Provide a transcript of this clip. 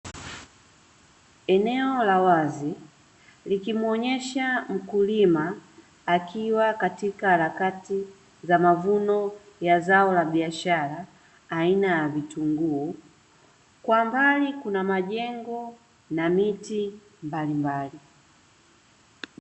Eneo la wazi likimuonyesha mkulima akiwa katika harakati za mavuno ya zao la biashara aina ya vitunguu, kwa mbali kuna majengo na miti mbalimbali.